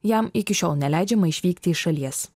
jam iki šiol neleidžiama išvykti iš šalies